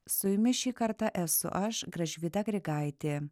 su jumis šį kartą esu aš gražvyda grigaitė